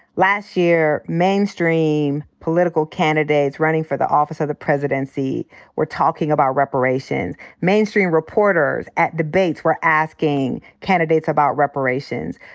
last year mainstream political candidates running for the office of the presidency were talking about reparation. mainstream reporters at debates were asking candidates about reparations.